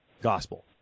gospel